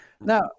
Now